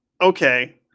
okay